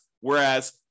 Whereas